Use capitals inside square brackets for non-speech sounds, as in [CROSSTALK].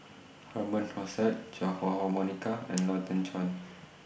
Herman Hochstadt Chua Ah Huwa Monica and [NOISE] Lau Teng Chuan